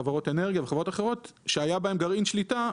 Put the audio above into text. חברות אנרגיה וחברות אחרות שהיה בהם גרעין שליטה,